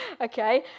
Okay